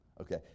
Okay